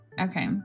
Okay